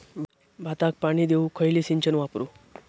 भाताक पाणी देऊक खयली सिंचन वापरू?